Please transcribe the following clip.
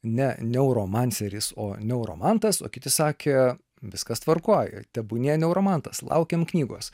ne neuromanceris o neuromantas o kiti sakė viskas tvarkoj ir tebūnie noromatas laukiam knygos